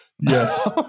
Yes